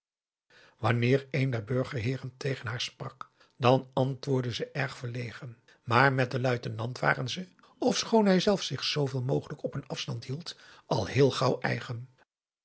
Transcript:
wanneer een der burgerheeren tegen haar sprak dan antwoordden ze erg verlegen maar met den luitenant waren ze ofschoon hijzelf zich zooveel mogelijk op een afstand hield al heel gauw eigen